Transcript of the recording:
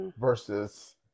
versus